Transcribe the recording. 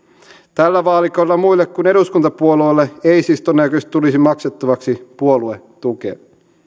tällä vaalikaudella muille kuin eduskuntapuolueille ei siis todennäköisesti tulisi maksettavaksi puoluetukea